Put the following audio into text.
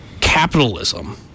capitalism